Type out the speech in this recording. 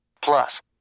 Plus